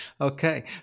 Okay